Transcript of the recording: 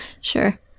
Sure